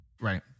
right